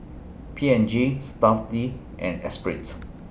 P and G Stuff'd and Esprit